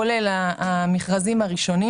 כולל המכרזים הראשונים